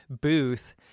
booth